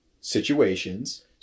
situations